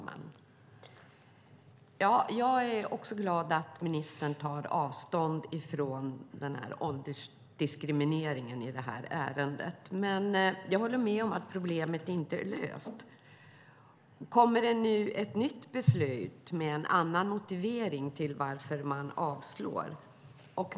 Fru talman! Jag är också glad att ministern tar avstånd från åldersdiskrimineringen i det här ärendet. Jag håller dock med om att problemet inte är löst. Kommer det nu ett nytt beslut med en annan motivering till varför man avslår?